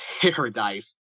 paradise